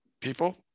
people